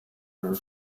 her